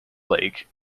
lake